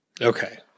Okay